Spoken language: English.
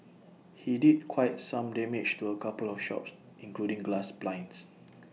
he did quite some damage to A couple of shops including glass blinds